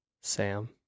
Sam